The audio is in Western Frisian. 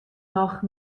noch